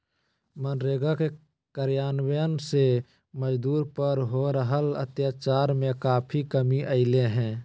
मनरेगा के कार्यान्वन से मजदूर पर हो रहल अत्याचार में काफी कमी अईले हें